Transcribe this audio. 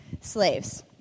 slaves